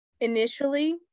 initially